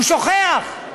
הוא שוכח.